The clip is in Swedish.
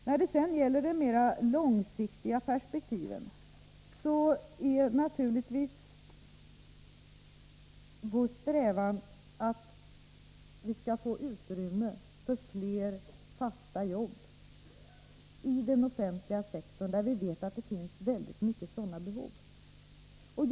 När det gäller de mera långsiktiga perspektiven är naturligtvis vår strävan att få utrymme för fler fasta jobb i den offentliga sektorn, där vi vet att stora behov finns.